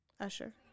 Usher